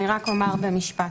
אני רק אומר במשפט: